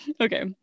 Okay